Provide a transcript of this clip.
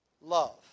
love